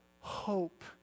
hope